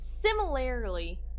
similarly